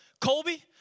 Colby